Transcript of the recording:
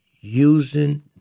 using